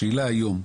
השאלה היום,